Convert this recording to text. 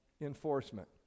enforcement